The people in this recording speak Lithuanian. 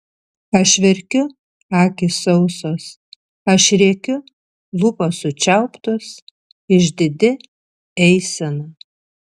aš verkiu akys sausos aš rėkiu lūpos sučiauptos išdidi eisena